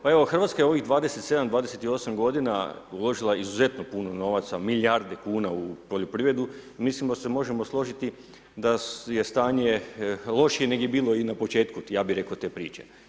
Pa evo Hrvatska je ovih 27, 28 godina uložila izuzetno puno novaca, milijarde kuna u poljoprivredu, i mislim da se možemo složiti da je stanje lošije nego je bilo i na početku, ja bi rekao, te priče.